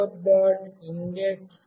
ఇప్పుడు buffer